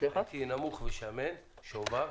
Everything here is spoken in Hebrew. הייתי נמוך ושמן ושובב.